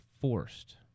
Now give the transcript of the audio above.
forced